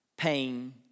Pain